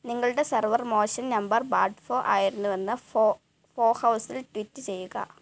നിങ്ങളുടെ സെർവർ മോശം number bad ഫോ ആയിരുന്നുവെന്ന് ഫോ ഫോ ഹൗസിൽ ട്വിറ്റ് ചെയ്യുക